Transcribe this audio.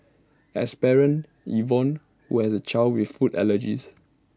as parent Yvonne who has child with food allergies